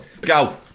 Go